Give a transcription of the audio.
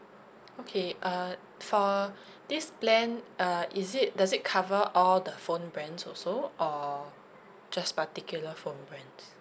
okay uh for this plan uh is it does it cover all the phone brands also or just particular phone brands